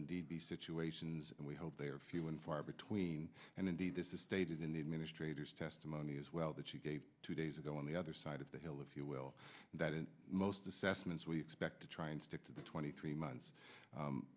indeed be situations and we hope they are few and far between and indeed this is stated in the administrators testimony as well that she gave two days ago on the other side of the hill if you will that in most assessments we expect to try and stick to the twenty three months